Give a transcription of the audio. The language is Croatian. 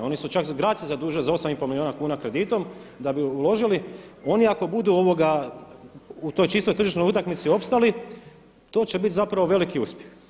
Oni su čak grad se zadužio za 8,5 milijuna kuna kreditom da bi uložili, oni ako budu u toj čistoj tržišnoj utakmici opstali to će biti zapravo veliki uspjeh.